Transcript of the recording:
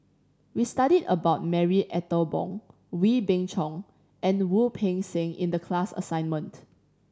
we studied about Marie Ethel Bong Wee Beng Chong and Wu Peng Seng in the class assignment